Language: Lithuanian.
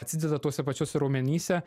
atsideda tuose pačiuose raumenyse